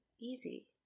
easy